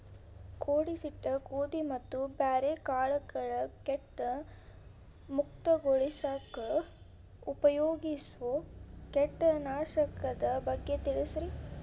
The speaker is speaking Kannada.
ಕೂಡಿಸಿಟ್ಟ ಗೋಧಿ ಮತ್ತ ಬ್ಯಾರೆ ಕಾಳಗೊಳ್ ಕೇಟ ಮುಕ್ತಗೋಳಿಸಾಕ್ ಉಪಯೋಗಿಸೋ ಕೇಟನಾಶಕದ ಬಗ್ಗೆ ತಿಳಸ್ರಿ